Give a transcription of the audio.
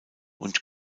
und